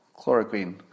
Chloroquine